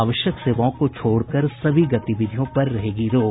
आवश्यक सेवाओं को छोड़कर सभी गतिविधियों पर रहेगी रोक